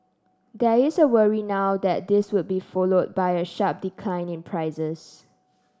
there is a worry now that this would be followed by a sharp decline in prices